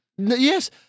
Yes